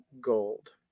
gold